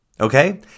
Okay